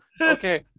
okay